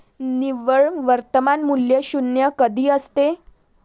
निव्वळ वर्तमान मूल्य शून्य कधी असते?